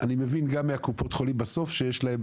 אני מבין גם מקופות החולים בסוף שיש להם